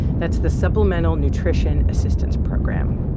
that's the supplemental nutrition assistance program.